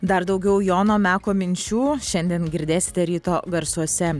dar daugiau jono meko minčių šiandien girdėsite ryto garsuose